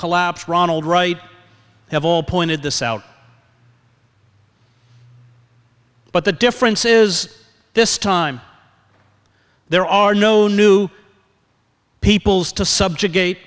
collapse ronald right have all pointed this out but the difference is this time there are no new peoples to subjugate